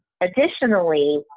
additionally